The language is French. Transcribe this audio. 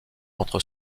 entre